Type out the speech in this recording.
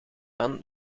van